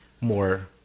more